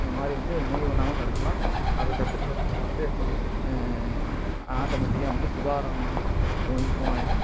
இந்த மாதிரி வந்து நோய் வராமல் தடுக்கலாம் அப்படி தடுத்துட்டு வந்துட்டீங்கன்னா வந்து ஆட்டோமேட்டிக்காக வந்து சுகாதாரம் இம்ப்ரூவ் ஆகிடும்